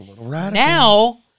Now